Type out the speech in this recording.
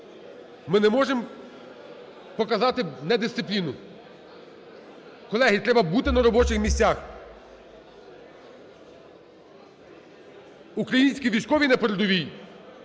ми не можемо показати недисципліну. Колеги, треба бути на робочих місцях. Українські військові на передовій